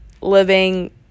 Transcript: living